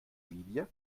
linie